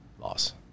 Loss